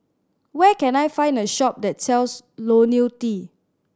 where can I find a shop that sells Ionil T